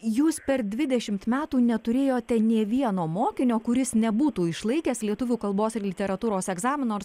jūs per dvidešimt metų neturėjote nei vieno mokinio kuris nebūtų išlaikęs lietuvių kalbos ir literatūros egzamino